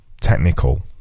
technical